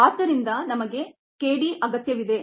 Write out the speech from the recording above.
ಆದ್ದರಿಂದ ನಮಗೆ k d ಅಗತ್ಯವಿದೆ